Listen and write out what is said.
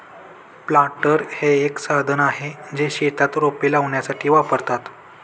planter हे एक साधन आहे, जे शेतात रोपे लावण्यासाठी वापरतात